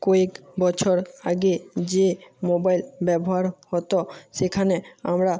কয়েক বছর আগে যে মোবাইল ব্যবহার হত সেখানে আমরা